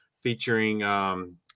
featuring –